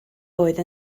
oedd